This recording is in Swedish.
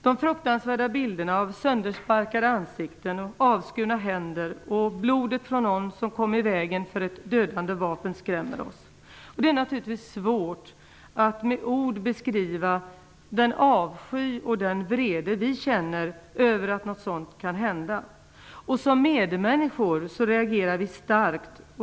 De fruktansvärda bilderna av söndersparkade ansikten, avskurna händer och blodet från någon som kom i vägen för ett dödande vapen skrämmer oss. Det är naturligtvis svårt att med ord beskriva den avsky och den vrede vi känner över att något sådant kan hända. Som medmänniskor reagerar vi starkt.